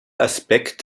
aspekt